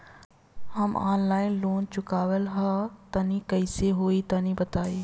हम online loan चुकावल चाहऽ तनि कइसे होई तनि बताई?